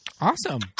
Awesome